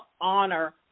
honor